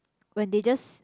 when they just